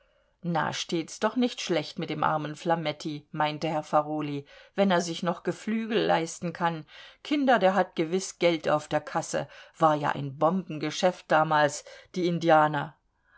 na steht's doch nicht schlecht mit dem armen flametti meinte herr farolyi wenn er sich noch geflügel leisten kann kinder der hat gewiß geld auf der kasse war ja ein bombengeschäft damals die indianer